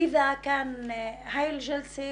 (מדברת בערבית).